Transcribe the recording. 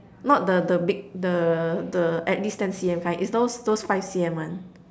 not the the big the the at least ten C_M kind it's those those five C_M one